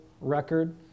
record